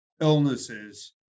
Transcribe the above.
illnesses